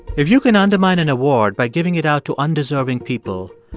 if you can undermine an award by giving it out to undeserving people,